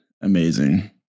Amazing